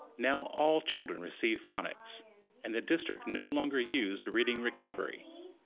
now all children receive phonics and the district no longer used reading recovery.